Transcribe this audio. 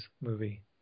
movie